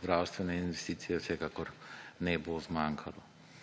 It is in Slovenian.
zdravstvene investicije vsekakor ne bo zmanjkalo.